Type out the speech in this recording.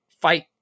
fight